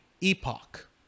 Epoch